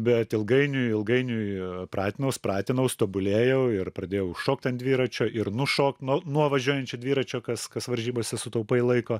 bet ilgainiui ilgainiui pratinaus pratinaus tobulėjau ir pradėjau užšokt ant dviračio ir nušokt nuo nuo važiuojančio dviračio kas kas varžybose sutaupai laiko